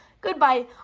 Goodbye